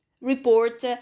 report